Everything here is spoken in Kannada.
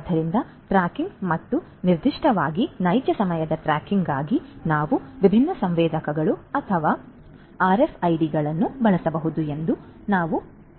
ಆದ್ದರಿಂದ ಟ್ರ್ಯಾಕಿಂಗ್ ಮತ್ತು ನಿರ್ದಿಷ್ಟವಾಗಿ ನೈಜ ಸಮಯದ ಟ್ರ್ಯಾಕಿಂಗ್ಗಾಗಿ ನಾವು ವಿಭಿನ್ನ ಸಂವೇದಕಗಳು ಅಥವಾ ಆರ್ಎಫ್ಐಡಿಗಳನ್ನು ಬಳಸಬಹುದು ಎಂದು ನಾವು